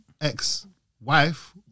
ex-wife